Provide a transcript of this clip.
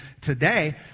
today